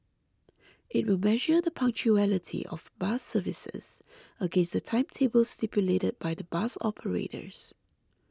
it will measure the punctuality of bus services against the timetables stipulated by the bus operators